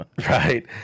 Right